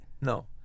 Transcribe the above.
No